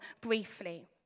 briefly